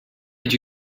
did